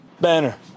Banner